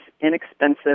inexpensive